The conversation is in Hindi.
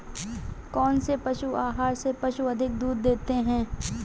कौनसे पशु आहार से पशु अधिक दूध देते हैं?